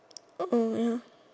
oh ya